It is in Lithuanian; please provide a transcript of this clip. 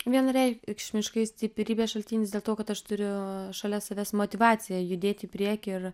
vienareikšmiškai stiprybės šaltinis dėl to kad aš turiu šalia savęs motyvaciją judėti į priekį ir